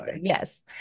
Yes